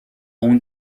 اون